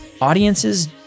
Audiences